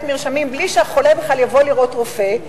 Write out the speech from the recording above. מרשמים בלי שהחולה בכלל יבוא לראות רופא,